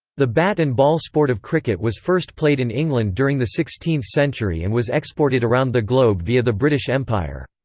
the bat and ball sport of cricket was first played in england during the sixteenth century and was exported around the globe via the british empire.